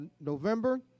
November